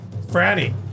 Franny